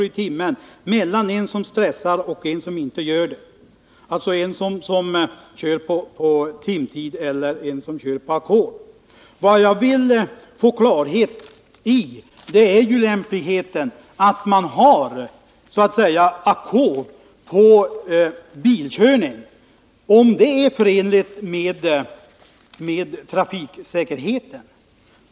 i timmen mellan en som stressar och en som inte gör det, alltså mellan en som kör på ackord och en som kör på timlön. Vad jag vill få klarhet i är lämpligheten av att man så att säga har ackord på bilkörning. Är det förenligt med trafiksäkerheten?